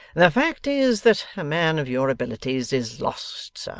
the fact is, that a man of your abilities is lost, sir,